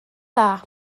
dda